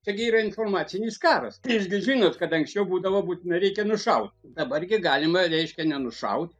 čia gi yra informacinis karas tai jūs gi žinot kad anksčiau būdavo būtinai reikia nušaut dabar gi galima reiškia nenušaut